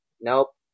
Nope